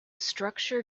structure